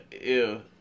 ew